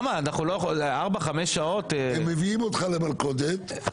הם מביאים אותך למלכודת.